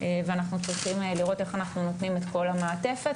ואנחנו צריכים לראות איך אנחנו נותנים את כל המעטפת,